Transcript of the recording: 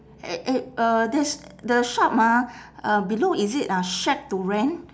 at at uh there is the shop ah uh below is it uh shack to rent